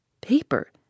Paper